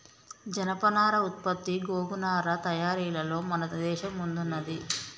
జనపనార ఉత్పత్తి గోగు నారా తయారీలలో మన దేశం ముందున్నది